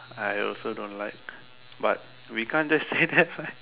I also don't like but we can't just say that what